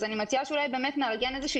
אני מציעה שאולי באמת נארגן איזושהי